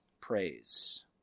praise